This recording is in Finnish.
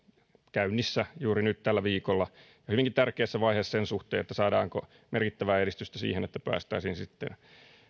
käynnissä juuri nyt tällä viikolla ja hyvinkin tärkeässä vaiheessa sen suhteen saadaanko merkittävää edistystä siihen että päästäisiin sitten